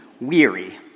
weary